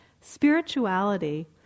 Spirituality